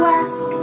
ask